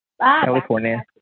California